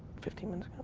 fifteen minutes